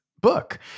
book